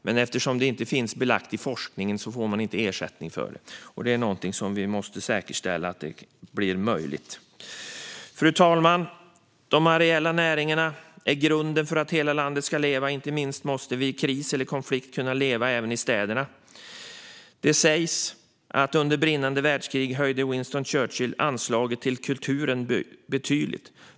Men eftersom det inte finns belagt i forskningen får man inte ersättning för det. Vi måste säkerställa att detta blir möjligt. Fru talman! De areella näringarna är grunden för att hela landet ska leva. Inte minst måste vi vid en kris eller en konflikt kunna leva även i städerna. Det sägs att under brinnande världskrig höjde Winston Churchill anslaget till kulturen betydligt.